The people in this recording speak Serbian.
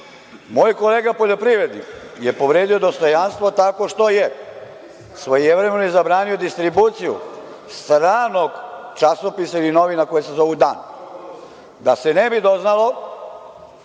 kolega poljoprivrednik je povredio dostojanstvo tako što je svojevremeno zabranio distribuciju stranog časopisa i novina koje se zovu „Dan“ da se ne bi doznalo